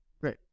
Great